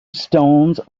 stones